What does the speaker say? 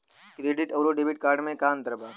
Credit अउरो debit card मे का अन्तर बा?